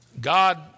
God